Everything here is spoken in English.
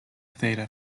theta